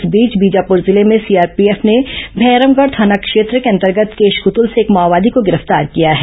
इस बीच बीजापुर जिले में सीआरपीएफ ने भैरमगढ़ थाना क्षेत्र के अंतर्गत केशकृतुल से एक माओवादी को गिरफ्तार किया है